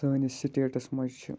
سٲنِس سِٹیٹَس منٛز چھِ